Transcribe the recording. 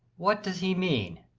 what does he mean?